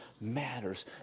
matters